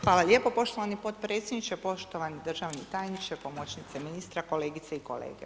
Hvala lijepo poštovani potpredsjedniče, poštovani državni tajniče, pomoćnice ministra, kolegice i kolege.